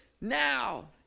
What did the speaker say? now